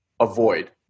avoid